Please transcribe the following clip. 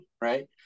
right